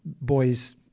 boys